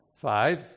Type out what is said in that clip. Five